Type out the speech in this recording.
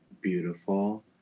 beautiful